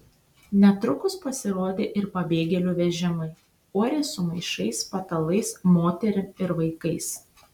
netrukus pasirodė ir pabėgėlių vežimai uorės su maišais patalais moterim ir vaikais